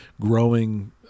growing